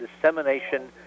dissemination